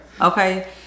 Okay